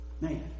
Man